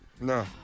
No